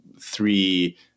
three